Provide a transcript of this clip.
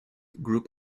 group